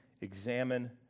examine